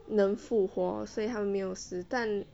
能复活所以他们没有死但